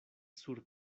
sur